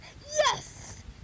yes